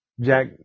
Jack